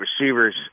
receivers